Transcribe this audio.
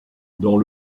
dans